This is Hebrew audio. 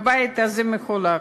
הבית הזה מחולק.